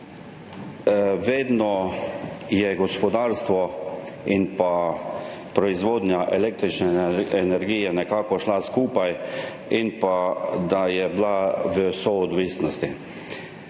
Vedno sta gospodarstvo in proizvodnja električne energije nekako šla skupaj in bila v soodvisnosti.